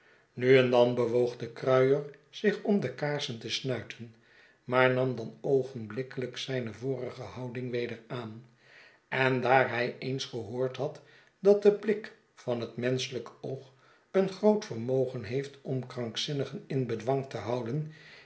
nu en dan bewoog de kruier zich om de kaarsen te snuiten maar nam dan oogenblikkelijk zijne vorige houding weder aan en daar hij eens gehoord had dat de blik van het menschelyk oog een groot vermogen heeft om krankzinnigen in bedwang te houden